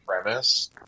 premise